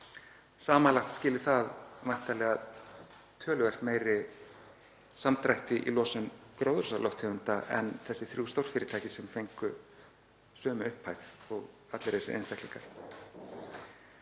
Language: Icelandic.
samanlagt skili það væntanlega töluvert meiri samdrætti í losun gróðurhúsalofttegunda en þessi þrjú stórfyrirtæki sem fengu sömu upphæð og allir þessir einstaklingar.